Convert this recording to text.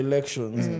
Elections